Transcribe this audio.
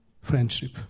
friendship